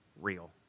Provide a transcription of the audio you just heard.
real